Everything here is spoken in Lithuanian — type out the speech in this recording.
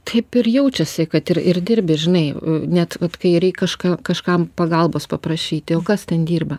taip ir jaučiasi kad ir ir dirbi žinai net vat kai reik kažką kažkam pagalbos paprašyti o kas ten dirba